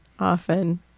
Often